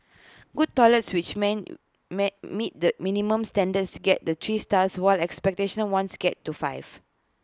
good toilets which men may meet the minimum standards get the three stars while exceptional ones get to five